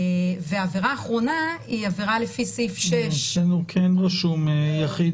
העבירה האחרונה היא עבירה על פי סעיף 6. אצלנו כן רשום יחיד